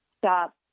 stop